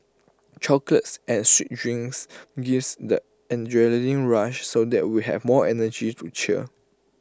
chocolates and sweet drinks gives the adrenaline rush so that we have more energy to cheer